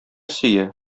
сөя